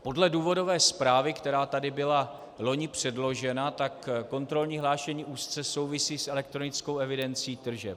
Podle důvodové zprávy, která tady byla loni předložena, kontrolní hlášení úzce souvisí s elektronickou evidencí tržeb.